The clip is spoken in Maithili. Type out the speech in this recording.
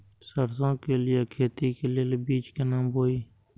सरसों के लिए खेती के लेल बीज केना बोई?